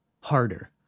harder